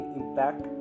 impact